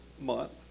month